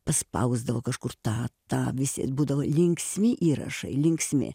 paspausdavo kažkur tą tą visi būdavo linksmi įrašai linksmi